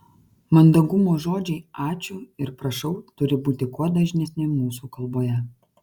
mandagumo žodžiai ačiū ir prašau turi būti kuo dažnesni mūsų kalboje